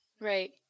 Right